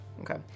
Okay